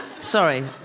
Sorry